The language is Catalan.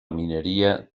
mineria